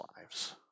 lives